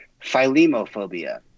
philemophobia